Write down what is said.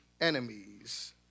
enemies